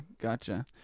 Gotcha